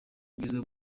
bwiza